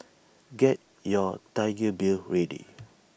get your Tiger beer ready